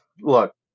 look